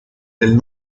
del